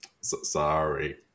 Sorry